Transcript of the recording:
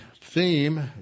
theme